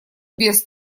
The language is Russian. без